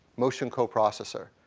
motion coprocessor.